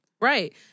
Right